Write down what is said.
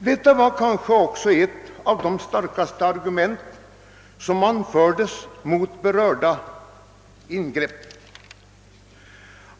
Detta var kanske också ett av de starkaste argument som anfördes mot förordningen.